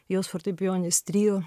jos fortepijoninis trio